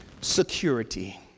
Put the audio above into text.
security